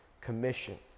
Commission